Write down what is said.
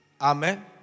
Amen